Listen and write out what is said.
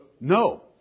No